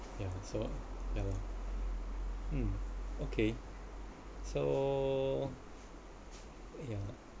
yeah so ya lor mm okay so ya